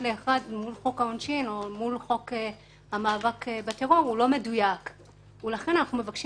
אם הוא רצח ומאשפזים אותו בבית חולים פסיכיאטרי - ככל שמחליטים שהוא